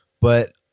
But-